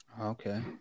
Okay